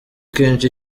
kenshi